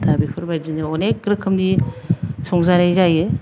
दा बेफोर बायदिनो अनेख रोखोमनि संजानाय जायो